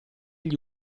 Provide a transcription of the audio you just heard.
gli